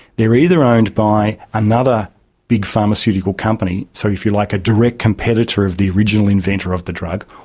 they are either owned by another big pharmaceutical company, so, if you like, a direct competitor of the original inventor of the drug,